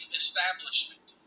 establishment